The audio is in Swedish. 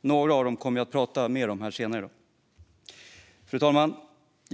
Några av dem kommer jag att prata mer om här senare. Fru talman!